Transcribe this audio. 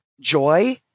joy